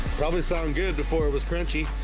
probably sound good before it was crunchy